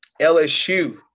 LSU